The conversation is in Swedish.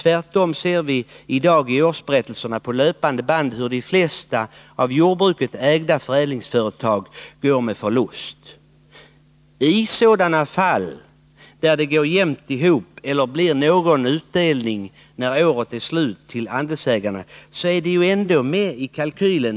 Tvärtom ser vi i dag i årsberättelserna på löpande band hur de flesta av jordbruket ägda förädlingsföretag går med förlust. I sådana fall där det går jämnt ihop eller blir någon utdelning till andelsägarna är detta med i kalkylen.